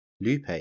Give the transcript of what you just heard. Lupe